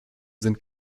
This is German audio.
sind